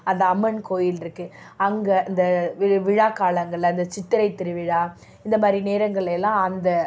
அந்த அம்மன் கோவில் இருக்குது அங்கே இந்த வி விழாக்காலங்களில் இந்த சித்திரை திருவிழா இந்த மாதிரி நேரங்களில் எல்லாம் அந்த